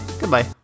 Goodbye